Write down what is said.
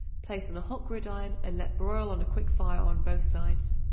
place on a hot gridiron and let broil on a quick fire on both sides.